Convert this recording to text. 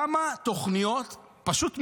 כמה תוכניות פשוט מעולות,